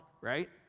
right